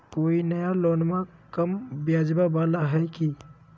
कोइ नया लोनमा कम ब्याजवा वाला हय की?